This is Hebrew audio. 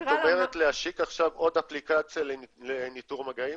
את אומרת להשיק עכשיו עוד אפליקציה לניטור מגעים?